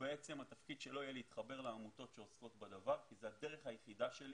התפקיד שלו יהיה להתחבר לעמותות שעוסקות בדבר כי זו הדרך היחידה שלי